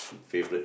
favourite